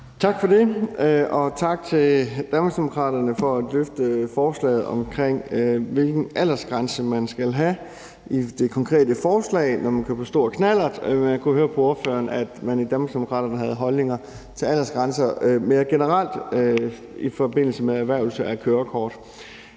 Tak for det, og tak til Danmarksdemokraterne for at fremsætte forslaget om, hvilken aldersgrænse der skal være, når man kører stor knallert. Jeg kunne høre på ordføreren, at man i Danmarksdemokraterne havde holdninger til aldersgrænser mere generelt i forbindelse med erhvervelse af kørekort.